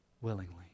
willingly